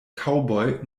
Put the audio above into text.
cowboy